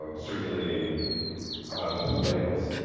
ah circulating blue whales.